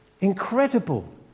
incredible